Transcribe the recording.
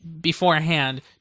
beforehand